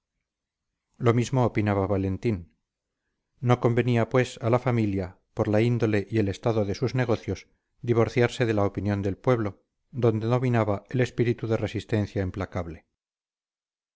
lo mismo opinaba valentín no convenía pues a la familia por la índole y el estado de sus negocios divorciarse de la opinión del pueblo donde dominaba el espíritu de resistencia implacable